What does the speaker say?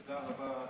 תודה רבה,